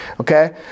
Okay